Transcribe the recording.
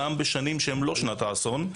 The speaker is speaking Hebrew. גם בשנים שהן לא שנת האסון,